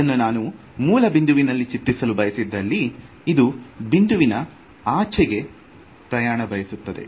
ಇದನ್ನು ನಾನು ಮೂಲ ಬಿಂದುವಿನಲ್ಲಿ ಚಿತ್ರಿಸಲು ಬಯಸಿದ್ದಲ್ಲಿ ಇದು ಬಿಂದುವಿನ ಆಚೆಗೆ ಪ್ರಯಾಣ ಬಯಸುತ್ತದೆ